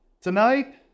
Tonight